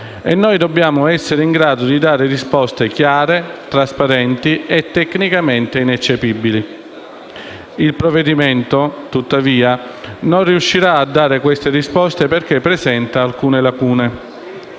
quindi, dobbiamo essere in grado di dare risposte chiare, trasparenti e tecnicamente ineccepibili. Il provvedimento, tuttavia, non riuscirà a dare queste risposte perché presenta alcune lacune.